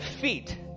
feet